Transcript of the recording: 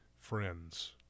Friends